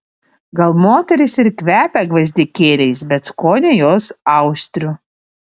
gal moterys ir kvepia gvazdikėliais bet skonio jos austrių